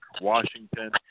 Washington